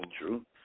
True